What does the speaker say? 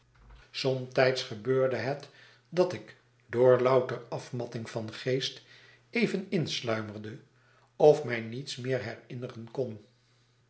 somtijds gebeurde het dat ik door louter afmatting van geest even insluimerde of mij niets meer herinneren kon